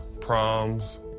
proms